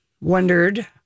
wondered